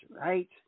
right